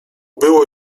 było